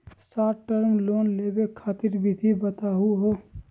Short term loan लेवे खातीर विधि बताहु हो?